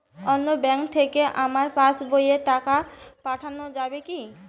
অন্য ব্যাঙ্ক থেকে আমার পাশবইয়ে টাকা পাঠানো যাবে কি?